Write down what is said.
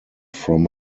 from